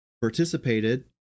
participated